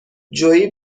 جویی